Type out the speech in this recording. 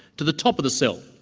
to the top of the cell,